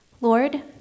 Lord